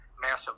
massive